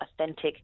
authentic